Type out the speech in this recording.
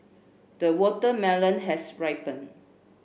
the watermelon has ripened